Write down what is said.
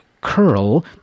curl